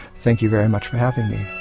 thank you very much for having me.